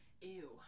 Ew